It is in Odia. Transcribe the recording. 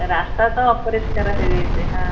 ରାସ୍ତା ତ ଅପରିଷ୍କାର ହେଇଯାଇଛି ହଁ